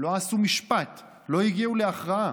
לא עשו משפט, לא הגיעו להכרעה.